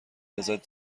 ازت